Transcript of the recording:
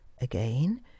Again